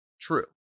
true